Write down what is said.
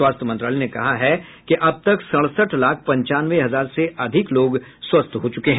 स्वास्थ्य मंत्रालय ने कहा है कि अब तक सड़सठ लाख पंचानवे हजार से अधिक लोग स्वस्थ हो चुके हैं